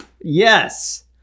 yes